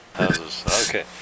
okay